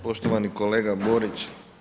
Poštovani kolega Borić.